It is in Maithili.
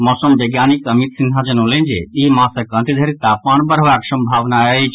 मौसम वैज्ञानिक अमित सिन्हा जनौलनि जे ई मासक अंत धरि तापमान बढ़बाक संभावना अछि